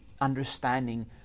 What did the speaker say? understanding